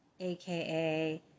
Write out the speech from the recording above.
AKA